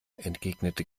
entgegnete